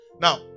now